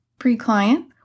pre-client